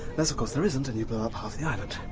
unless of course there isn't and you blow up half the island.